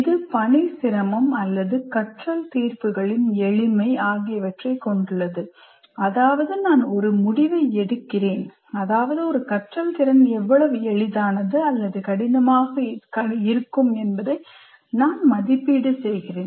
இது பணி சிரமம் அல்லது கற்றல் தீர்ப்புகளின் எளிமை ஆகியவற்றைக் கொண்டுள்ளது அதாவது நான் ஒரு முடிவை எடுக்கிறேன் அதாவது ஒரு கற்றல் திறன் எவ்வளவு எளிதானது அல்லது கடினமாக இருக்கும் என்பதை மதிப்பீடு செய்கிறேன்